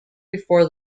before